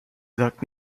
sagt